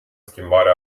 schimbare